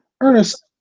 Ernest